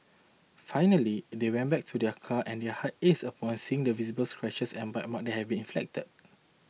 finally they went back to their car and their hearts ached upon seeing the visible scratches and bite marks have been inflicted